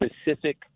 specific